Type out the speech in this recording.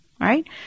right